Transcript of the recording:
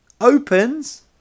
opens